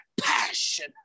passion